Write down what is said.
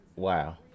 Wow